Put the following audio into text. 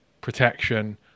protection